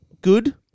good